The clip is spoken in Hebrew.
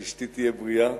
שאשתי תהיה בריאה,